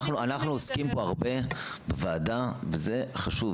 אנחנו עוסקים בוועדה ברפואה מונעת,